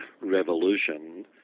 revolution